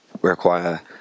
require